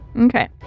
Okay